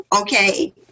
okay